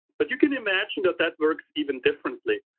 but you can imagine that that works even differently.